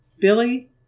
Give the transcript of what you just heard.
Billy